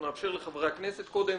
אנחנו נאפשר לחברי הכנסת קודם,